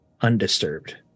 undisturbed